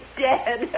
dead